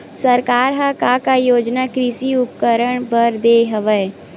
सरकार ह का का योजना कृषि उपकरण बर दे हवय?